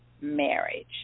marriage